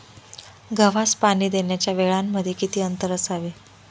गव्हास पाणी देण्याच्या वेळांमध्ये किती अंतर असावे?